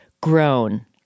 Grown